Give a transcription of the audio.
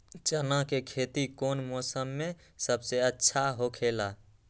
चाना के खेती कौन मौसम में सबसे अच्छा होखेला?